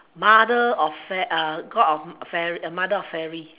mother of fair god of fair~ fairy mother of fairy